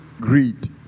Greed